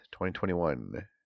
2021